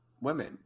women